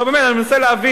לא, באמת, אני מנסה להבין.